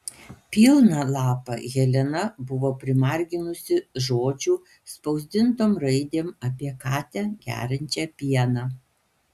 pilną lapą helena buvo primarginusi žodžių spausdintom raidėm apie katę geriančią pieną